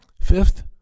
Fifth